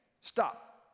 Stop